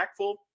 impactful